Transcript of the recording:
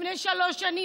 לפני שלוש שנים.